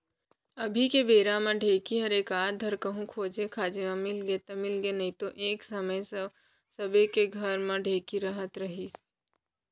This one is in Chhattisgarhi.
अभी के बेरा म ढेंकी हर एकाध धर कहूँ खोजे खाजे म मिलगे त मिलगे नइतो एक समे म सबे के घर म ढेंकी रहत रहिस